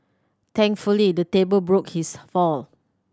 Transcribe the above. thankfully the table broke his fall